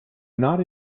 not